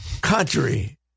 country